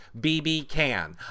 bbcan